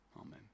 Amen